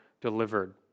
delivered